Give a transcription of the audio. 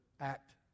act